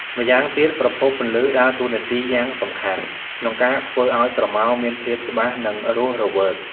ម្យ៉ាងទៀត ប្រភពពន្លឺដើរតួនាទីយ៉ាងសំខាន់ក្នុងការធ្វើឱ្យស្រមោលមានភាពច្បាស់ និងរស់រវើក។